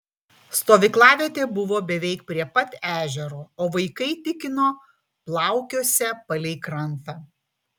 stovyklavietė buvo beveik prie pat ežero o vaikai tikino plaukiosią palei krantą